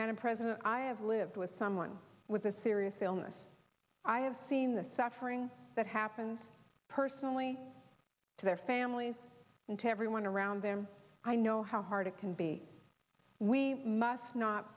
man a president i have lived with someone with a serious illness i have seen the suffering that happens personally to their families and to everyone around them i know how hard it can be we must not